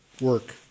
work